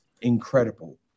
incredible